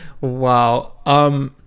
Wow